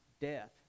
death